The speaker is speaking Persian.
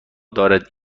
دارد